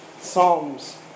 Psalms